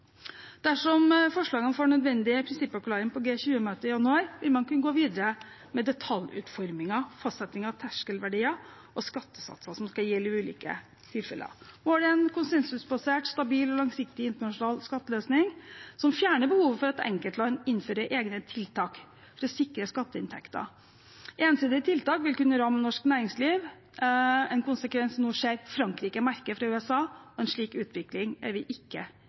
Dersom forslagene får nødvendig prinsippavklaring på G20-møtet i januar, vil man kunne gå videre med detaljutformingen, fastsetting av terskelverdier og skattesatser som skal gjelde ulike tilfeller. Målet er en konsensusbasert, stabil og langsiktig internasjonal skatteløsning som fjerner behovet for at enkeltland innfører egne tiltak for å sikre skatteinntekter. Ensidige tiltak vil kunne ramme norsk næringsliv, en konsekvens vi nå ser Frankrike merker fra USA, og en slik utvikling er vi ikke